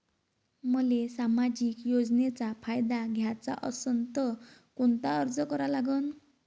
मले सामाजिक योजनेचा फायदा घ्याचा असन त कोनता अर्ज करा लागन?